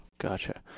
Gotcha